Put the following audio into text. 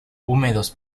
húmedos